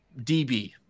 DB